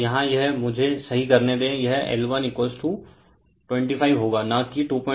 तो यहाँ यह मुझे सही करने दे यह L125 होगा न कि 25